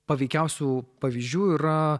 paveikiausių pavyzdžių yra